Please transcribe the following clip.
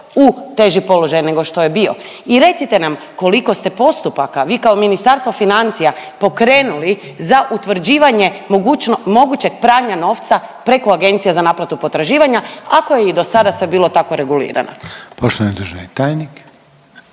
u teži položaj nego što je bio? I recite nam koliko ste postupaka vi kao Ministarstvo financija pokrenuli za utvrđivanje mogućeg pranja novca preko Agencija za naplatu potraživanja ako je i dosada sve bilo tako regulirano?